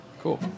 Cool